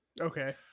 Okay